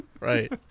Right